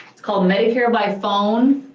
it's called medicare by phone.